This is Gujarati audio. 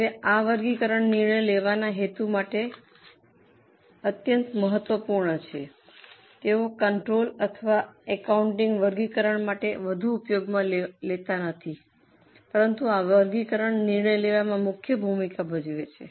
હવે આ વર્ગીકરણ નિર્ણય લેવાના હેતુ માટે અત્યંત મહત્વપૂર્ણ છે તેઓ કંટ્રોલ અથવા એકાઉન્ટિંગ વર્ગીકરણ માટે વધુ ઉપયોગમાં લેતા નથી પરંતુ આ વર્ગીકરણ નિર્ણય લેવામાં મુખ્ય ભૂમિકા ભજવે છે